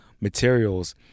materials